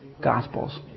Gospels